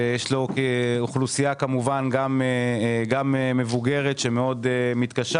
ושיש בעיר אוכלוסייה מבוגרת שמאוד מתקשה